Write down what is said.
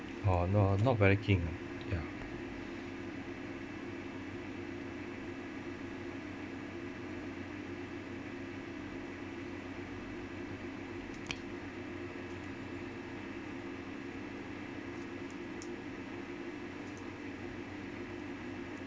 oh no not very keen ya